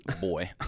boy